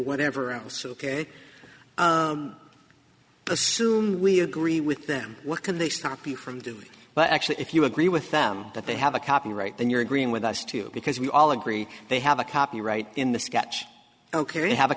whatever else ok assume we agree with them what can they stop you from doing but actually if you agree with them that they have a copyright then you're agreeing with us too because we all agree they have a copyright in the sketch ok we have a